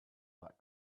that